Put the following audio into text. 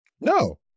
No